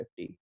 50